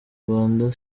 rwanda